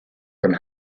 from